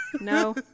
no